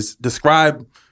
Describe